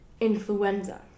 Influenza